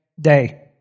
day